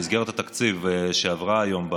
המסגרת התקציבית שעברה היום,